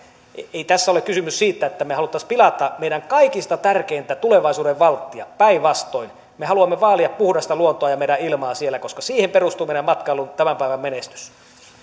ei tässä ole kysymys siitä että me haluaisimme pilata meidän kaikista tärkeintä tulevaisuuden valttiamme päinvastoin me haluamme vaalia puhdasta luontoa ja meidän ilmaa siellä koska siihen perustuu meidän matkailumme tämän päivän menestys